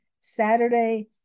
saturday